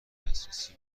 دسترسی